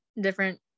different